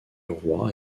roi